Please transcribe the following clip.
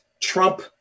Trump